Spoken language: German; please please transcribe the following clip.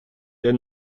der